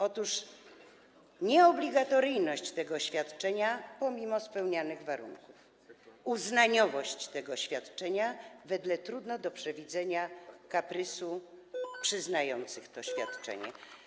Otóż nieobligatoryjność tego świadczenia pomimo spełnianych warunków, uznaniowość tego świadczenia wedle trudnego do przewidzenia kaprysu przyznających to świadczenie.